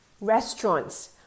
Restaurants